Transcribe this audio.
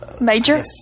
Major